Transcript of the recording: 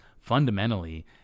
fundamentally